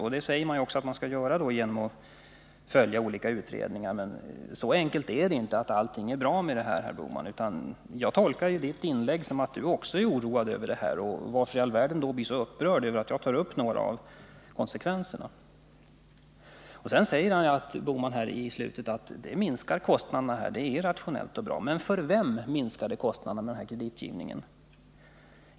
Det säger Gösta Bohman också att man skall göra genom olika utredningar. Men så enkelt är det inte att allting är bra med det. Och jag tolkar Gösta Bohmans inlägg så, att han också är oroad över utvecklingen. Varför då i all världen bli så upprörd över att jag tar upp några av konsekvenserna? Gösta Bohman säger att kontokortssystemet minskar kostnaderna och är rationellt och bra. Men för vem minskar den här kreditgivningen kostnaderna?